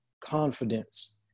confidence